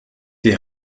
die